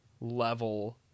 level